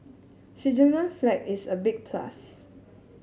Switzerland's flag is a big plus